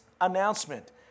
announcement